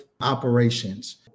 operations